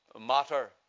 matter